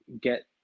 get